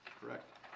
Correct